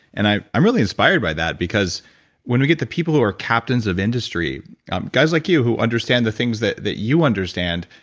and i'm i'm really inspired by that because when we get the people who are captains of industry guys like you who understand the things that that you understand,